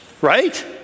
right